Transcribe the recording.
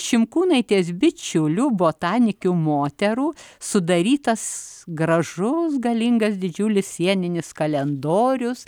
šimkūnaitės bičiulių botanikių moterų sudarytas gražus galingas didžiulis sieninis kalendorius